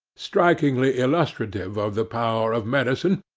strikingly illustrative of the power of medicine,